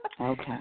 Okay